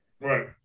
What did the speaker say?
Right